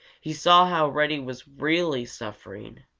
he saw how reddy was really suffering,